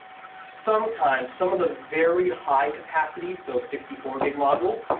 sometimes. some of the very high capacity, so sixty four gig modules,